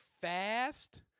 fast